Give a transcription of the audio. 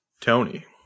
Tony